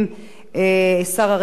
השר משה כחלון.